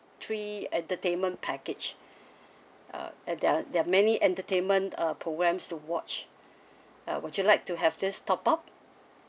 three entertainment package uh at their their many entertainment uh programs to watch uh would you like to have this top up